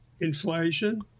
inflation